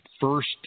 first